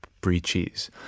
breeches